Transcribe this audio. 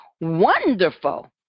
wonderful